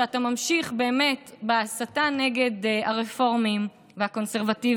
שאתה ממשיך באמת בהסתה נגד הרפורמים והקונסרבטיבים,